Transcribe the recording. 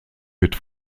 wird